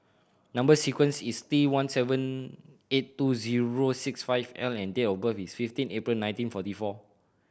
number sequence is T one seven eight two zero six five L and date of birth is fifteen April nineteen forty four